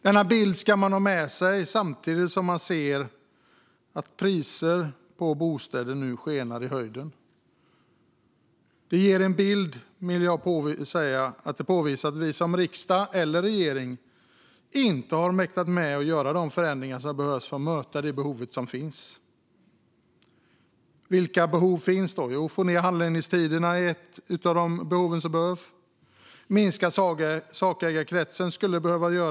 Denna bild ska man ha med sig samtidigt som man ser att priserna på bostäder nu skenar i höjden. Det påvisar att varken vi som riksdag eller regeringen har mäktat med att göra de förändringar som behövs för att möta de behov som finns. Vilka behov finns då? Att få ned handläggningstiderna är ett av de behov som finns. Att minska sakägarkretsen skulle behövas.